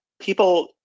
people